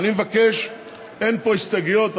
אין פה הסתייגויות,